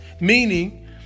meaning